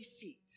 feet